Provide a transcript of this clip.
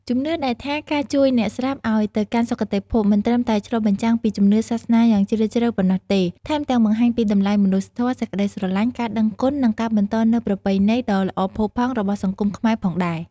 ជំនឿដែលថាការជួយអ្នកស្លាប់ឲ្យទៅកាន់សុគតិភព មិនត្រឹមតែឆ្លុះបញ្ចាំងពីជំនឿសាសនាយ៉ាងជ្រាលជ្រៅប៉ុណ្ណោះទេ ថែមទាំងបង្ហាញពីតម្លៃមនុស្សធម៌ សេចក្តីស្រឡាញ់ ការដឹងគុណ និងការបន្តនូវប្រពៃណី ដ៏ល្អផូរផង់របស់សង្គមខ្មែរផងដែរ។